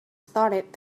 started